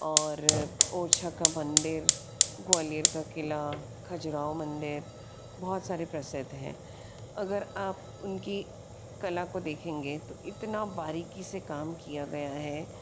और ओरछा का मंदिर ग्वालियर का क़िला खजुराहो मंदिर बहुत सारे प्रसिद्ध हैं अगर आप उनकी कला को देखेंगे तो इतना बारीकी से काम किया गया है